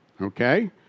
okay